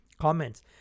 Comments